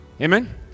Amen